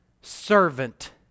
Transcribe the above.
servant